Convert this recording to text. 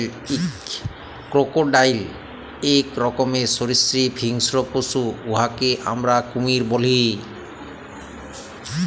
crocodile ইক রকমের সরীসৃপ হিংস্র পশু উয়াকে আমরা কুমির ব্যলি